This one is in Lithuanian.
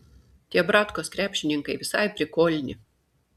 tie bratkos krepšininkai visai prikolni